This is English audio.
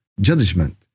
judgment